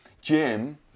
Jim